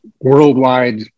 worldwide